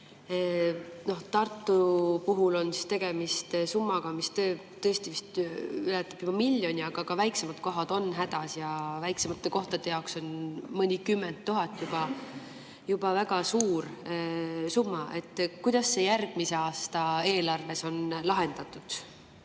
Tartu puhul on tegemist summaga, mis tõesti vist ületab juba miljonit, aga ka väiksemad kohad on hädas, ja väiksemate kohtade jaoks on mõnikümmend tuhat juba väga suur summa. Kuidas see järgmise aasta eelarves on lahendatud?